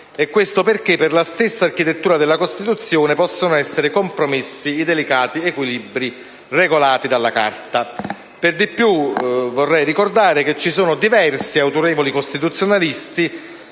avviene perché, per la stessa architettura della Costituzione, possono essere compromessi i delicati equilibri regolati dalla Carta. Peraltro, ricordo che diversi autorevoli costituzionalisti